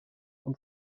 und